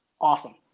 Awesome